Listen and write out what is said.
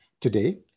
Today